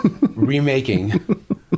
remaking